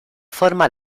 forma